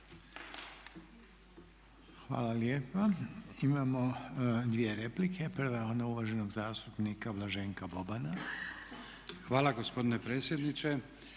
Hvala lijepa. Imamo 2 replike, prva je ona uvaženog zastupnika Blaženka Bobana. **Boban, Blaženko